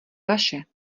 vaše